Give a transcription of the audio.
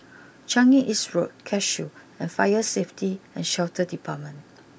Changi East Road Cashew and fire Safety and Shelter Department